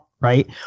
right